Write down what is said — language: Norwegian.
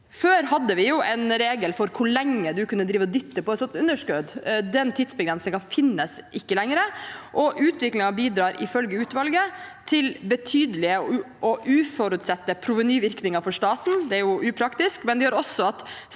Før hadde vi en regel for hvor lenge du kunne drive og dytte på et sånt underskudd. Den tidsbegrensningen finnes ikke lenger, og ifølge utvalget bidrar utviklingen til betydelige og uforutsette provenyvirkninger for staten. Det er jo upraktisk,